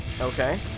Okay